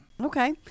Okay